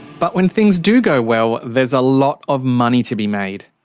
but when things do go well, there's a lot of money to be made.